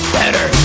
better